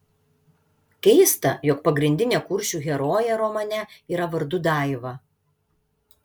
keista jog pagrindinė kuršių herojė romane yra vardu daiva